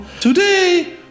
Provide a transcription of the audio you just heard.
Today